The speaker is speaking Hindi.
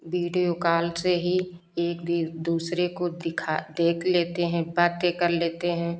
विडियो काल से ही एक भी दूसरे को दिखा देख लेते हैं बातें कर लेते हैं